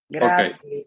Grazie